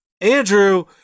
Andrew